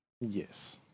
yes